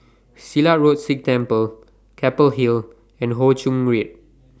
Silat Road Sikh Temple Keppel Hill and Ho Ching Read